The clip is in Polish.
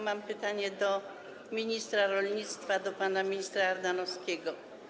Mam pytanie do ministra rolnictwa, do pana ministra Ardanowskiego.